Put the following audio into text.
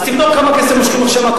אז תבדוק כמה כסף מושכים עכשיו מהקופות,